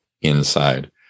inside